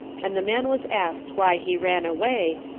and the man was asked why he ran away,